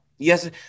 Yes